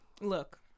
Look